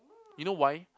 you know why